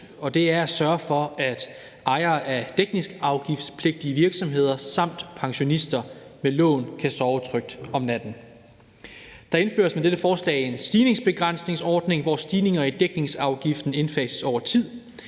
det er at sørge for, at ejere af dækningsafgiftspligtige virksomheder samt pensionister ved lån kan sove trygt om natten. Der indføres med dette forslag en stigningsbegrænsningsordning, hvor stigninger i dækningsafgiften indfases over tid.